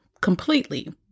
completely